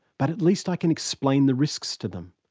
but at least i can explain the risks to them.